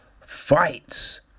fights